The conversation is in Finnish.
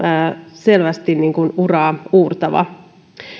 selvästi uraauurtava